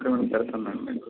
okay madam పెడతాను madam మీకు